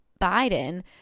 Biden